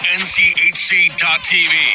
nchc.tv